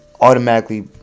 automatically